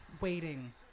Waiting